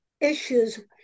issues